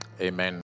Amen